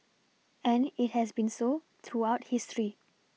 and it has been so throughout history